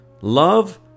Love